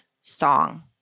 song